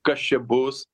kas čia bus